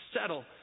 settle